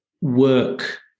work